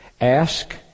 Ask